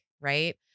right